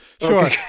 sure